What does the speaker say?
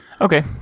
Okay